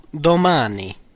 domani